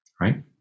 right